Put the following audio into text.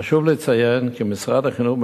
חשוב לציין כי משרד החינוך,